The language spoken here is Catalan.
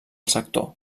sector